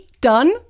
done